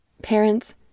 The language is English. Parents